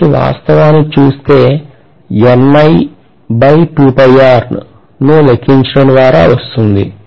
H వాస్తవానికి చూస్తే ను లెక్కించడం ద్వారా వస్తుంది